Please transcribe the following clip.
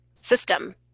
system